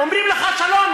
אומרים לך שלום,